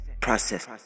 Process